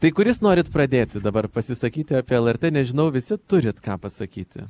tai kuris norit pradėti dabar pasisakyti apie lrt nežinau visi turit ką pasakyti